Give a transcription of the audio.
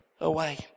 away